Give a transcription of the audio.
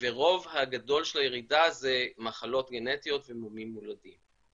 הרוב הגדול של הירידה זה מחלות גנטיות ומומים מולדים.